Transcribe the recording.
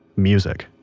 music.